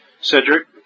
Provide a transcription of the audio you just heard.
Cedric